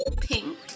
pink